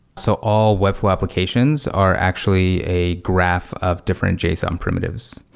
so all webflow applications are actually a graph of different json primitives,